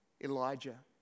Elijah